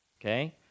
Okay